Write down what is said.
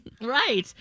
right